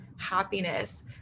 happiness